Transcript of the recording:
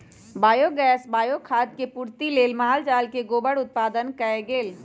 biogas, bio खाद के पूर्ति लेल माल जाल से गोबर उत्पादन कएल गेल